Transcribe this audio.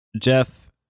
Jeff